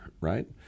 right